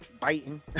Biting